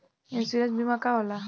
Insurance बीमा का होला?